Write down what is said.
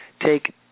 take